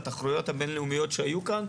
בתחרויות הבינלאומיות שהיו כאן,